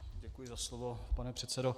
Děkuji za slovo, pane předsedo.